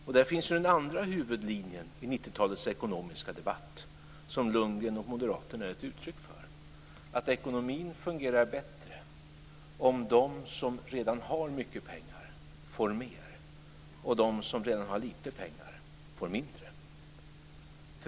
Och där finns ju den andra huvudlinjen i 90 talets ekonomiska debatt som Lundgren och moderaterna är ett uttryck för, att ekonomin fungerar bättre om de som redan har mycket pengar får mer och om de som redan har lite pengar får mindre.